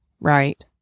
right